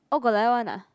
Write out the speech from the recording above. oh got like that one ah